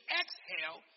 exhale